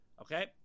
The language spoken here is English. okay